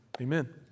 Amen